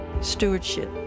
Stewardship